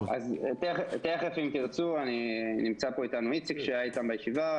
תיכף אם תרצו, נמצא פה איציק שהיה איתם בישיבה.